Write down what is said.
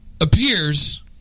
appears